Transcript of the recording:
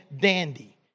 dandy